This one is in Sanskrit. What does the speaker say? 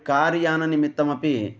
कार् याननिमित्तमपिं